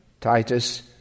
Titus